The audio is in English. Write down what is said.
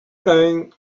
going